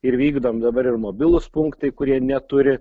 ir vykdom dabar ir mobilūs punktai kurie neturi